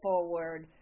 forward